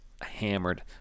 hammered